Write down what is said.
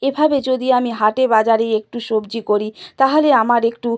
এভাবে যদি আমি হাটে বাজারেই একটু সবজি করি তাহলে আমার একটু